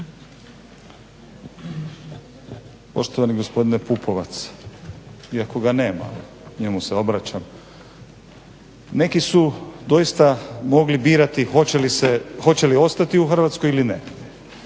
Poštovani gospodine Pupovac, iako ga nema njemu se obraćam. Neki su doista mogli birati hoće li ostati u Hrvatskoj ili ne.